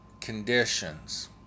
conditions